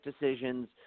decisions